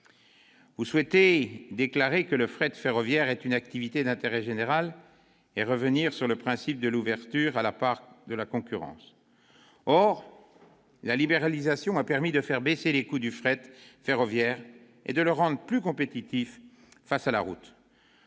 vous souhaitez déclarer que le fret ferroviaire est une activité d'intérêt général, et revenir sur le principe de l'ouverture à la concurrence. Or la libéralisation a permis de faire baisser les coûts du fret ferroviaire et de le rendre plus compétitif face à la route.